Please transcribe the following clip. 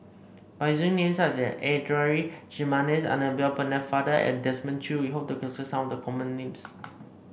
by using names such as Adan Jimenez Annabel Pennefather and Desmond Choo we hope to capture some of the common names